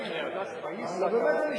אני יכול לתרום אותן לאגודה למען החייל?